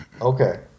Okay